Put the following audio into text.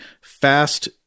fast